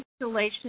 installation